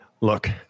Look